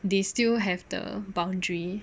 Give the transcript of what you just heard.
they still have the boundary